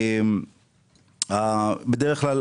בדרך כלל,